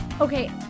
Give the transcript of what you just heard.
Okay